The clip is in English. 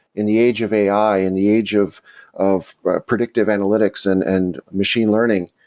in the age of ai, in the age of of predictive analytics and and machine learning,